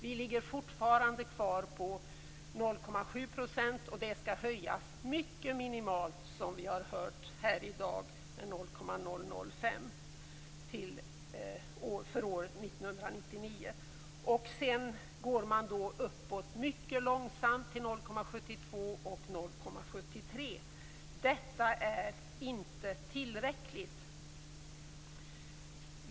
Den ligger fortfarande kvar på 0,7 %, och det skall - som vi har hört här i dag - höjas mycket minimalt med 0,005 % för 1999. Sedan går man uppåt mycket långsamt till 0,72 % och 0,73 %. Detta är inte tillräckligt.